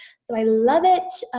so i love it.